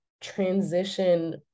transition